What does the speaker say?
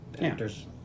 actors